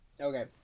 Okay